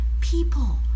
people